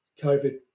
COVID